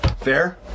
Fair